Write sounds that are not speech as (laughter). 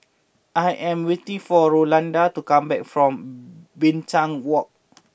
I am waiting for Rolanda to come back from (hesitation) Binchang Walk